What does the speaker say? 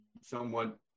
somewhat